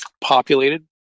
populated